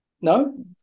No